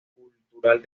cultural